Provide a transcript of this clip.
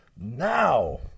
Now